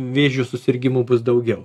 vėžiu susirgimų bus daugiau